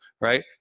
right